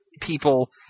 people –